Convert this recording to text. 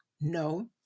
No